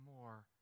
more